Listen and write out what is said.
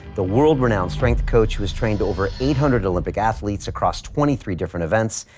the world-renowned strength coach who has trained over eight hundred olympic athletes across twenty three different events,